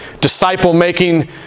disciple-making